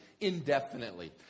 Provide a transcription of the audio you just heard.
indefinitely